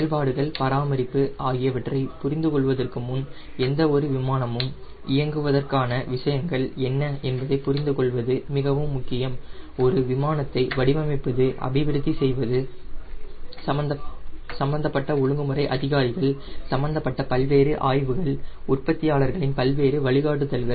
செயல்பாடுகள் பராமரிப்பு ஆகியவற்றைப் புரிந்துகொள்வதற்கு முன் எந்தவொரு விமானமும் இயங்குவதற்கான விஷயங்கள் என்ன என்பதைப் புரிந்துகொள்வது மிகவும் முக்கியம் ஒரு விமானத்தை வடிவமைப்பது அபிவிருத்தி செய்வது சம்பந்தப்பட்ட ஒழுங்குமுறை அதிகாரிகள் சம்பந்தப்பட்ட பல்வேறு ஆய்வுகள் உற்பத்தியாளர்களின் பல்வேறு வழிகாட்டுதல்கள்